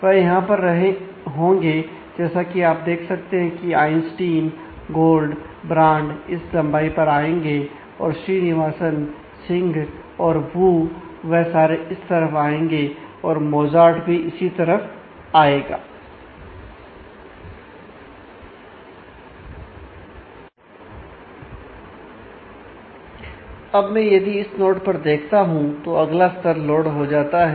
वह यहां पर होंगे जैसा कि आप देख सकते हैं की आइंस्टीन हो जाता है